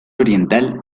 oriental